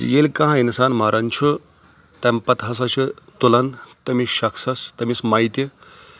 ییٚلہِ کانٛہہ اِنسان مران چھُ تَمہِ پتہٕ ہسا چھِ تُلان تٔمِس شخصس تٔمِس میتہِ